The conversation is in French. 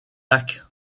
lac